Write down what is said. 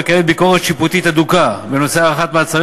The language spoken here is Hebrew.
וקיימת ביקורת שיפוטית הדוקה בנושא הארכת מעצרים